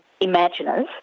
imaginers